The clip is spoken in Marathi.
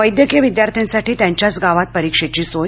वैद्यकीय विद्यार्थ्यांसाठी त्यांच्याच गावात परिक्षेची सोय